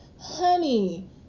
honey